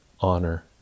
honor